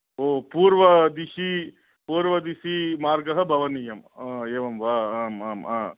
ओ पूर्वदिशि पूर्वदिशि मार्गः भवनीयं एवं वा आम् आम् आम्